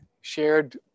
shared